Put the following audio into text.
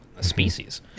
species